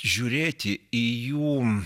žiūrėti į jų